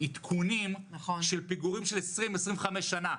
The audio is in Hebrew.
עדכונים של פיגורים של 20 25 שנה,